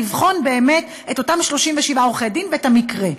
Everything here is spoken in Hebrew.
לבחון באמת את אותם 37 עורכי-הדין ואת המקרה.